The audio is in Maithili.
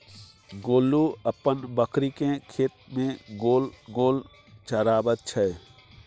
गोलू अपन बकरीकेँ खेत मे गोल गोल चराबैत छै